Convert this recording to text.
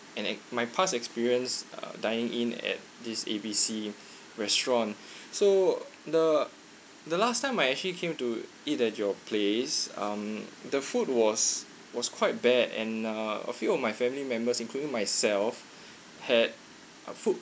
and ex~ my past experience uh dine in at this A B C restaurant so the the last time I actually came to eat at your place um the food was was quite bad and uh a few of my family members including myself had a food